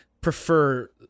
prefer